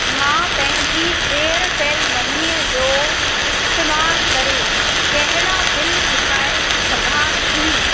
मां पंहिंजी एयरटेल मनीअ जो इस्तेमालु करे कहिड़ा बिल चुकाए सघां थी